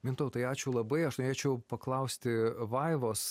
mintautai ačiū labai aš norėčiau paklausti vaivos